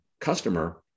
customer